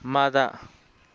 ꯃꯥꯗ